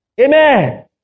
Amen